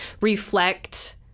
reflect